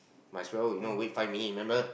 might as well you know wait five minutes remember